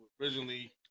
originally